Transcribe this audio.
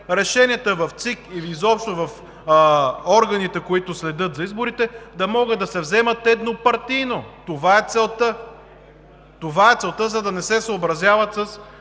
Решенията в ЦИК и изобщо в органите, които следят за изборите, да могат да се вземат еднопартийно – това е целта! Това е целта, за да не се съобразяват с